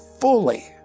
fully